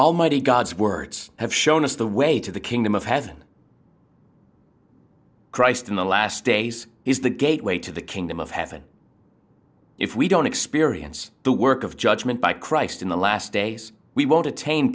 almighty god's words have shown us the way to the kingdom of heaven christ in the last days is the gateway to the kingdom of heaven if we don't experience the work of judgement by christ in the last days we